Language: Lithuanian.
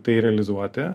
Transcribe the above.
tai realizuoti